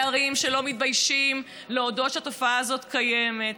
ערים שלא מתביישים להודות שהתופעה הזאת קיימת,